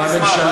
כבר